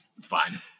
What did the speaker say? fine